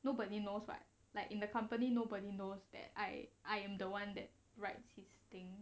nobody knows [what] like in the company nobody knows that I I am the one that writes his thing